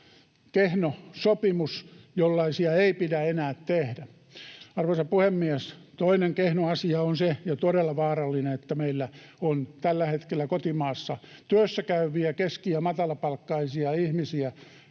Kehno sopimus, jollaisia ei pidä enää tehdä. Arvoisa puhemies! Toinen kehno ja todella vaarallinen asia on se, että meillä on tällä hetkellä kotimaassa työssäkäyviä keski- ja matalapalkkaisia ihmisiä,